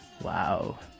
Wow